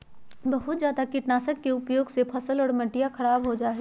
बहुत जादा कीटनाशक के उपयोग से फसल और मटिया खराब हो जाहई